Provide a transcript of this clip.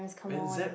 exact